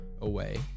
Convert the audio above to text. away